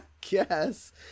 guess